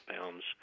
pounds